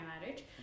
marriage